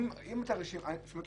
זאת אומרת,